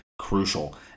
crucial